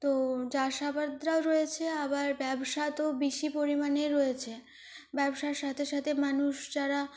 তো চাষাবাদটা রয়েছে আবার ব্যবসাতেও বেশি পরিমাণে রয়েছে ব্যবসার সাথে সাথে মানুষ যারা